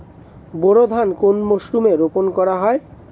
বোরো ধান কোন মরশুমে রোপণ করা হয়?